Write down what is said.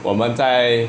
我们在